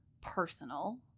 personal